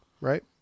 Right